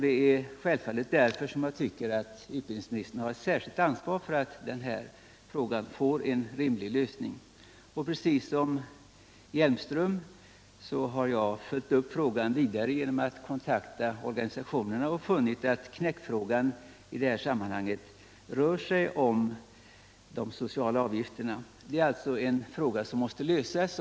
Det är självfallet därför som jag tycker att utbildningsministern har ett särskilt ansvar för att ärendet får en rimlig lösning. Precis som Eva Hjelmström har jag följt upp frågan vidare genom att kontakta organisationerna och funnit att knäckfrågan i detta sammanhang rör sig om de sociala avgifterna. Det är alltså en fråga som måste lösas.